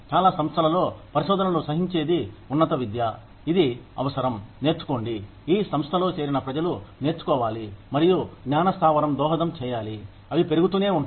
చాలా సంస్థలలో పరిశోధనలను సహించేది ఉన్నత విద్య ఇది అవసరం నేర్చుకోండి ఈ సంస్థలో చేరిన ప్రజలు నేర్చుకోవాలి మరియు జ్ఞాన స్థావరం దోహదం చేయాలి అవి పెరుగుతూనే ఉంటాయి